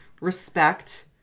respect